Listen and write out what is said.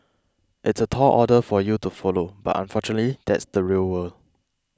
it's a tall order for you to follow but unfortunately that's the real world